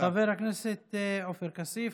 חבר הכנסת עופר כסיף.